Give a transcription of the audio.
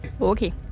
okay